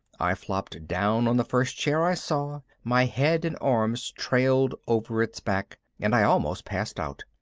i flopped down on the first chair i saw, my head and arms trailed over its back, and i almost passed out.